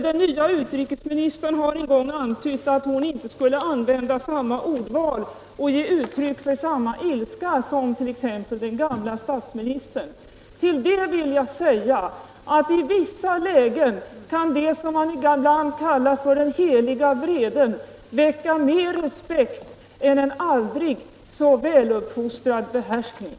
Den nya utrikesministern har en gång antytt att hon inte skulle använda samma ordval och ge uttryck för samma ilska som t.ex. den gamle statsministern. Till det vill jag säga att i vissa lägen kan det som man ibland kallar den heliga vreden väcka mer respekt än aldrig så väluppfostrad behärskning.